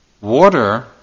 Water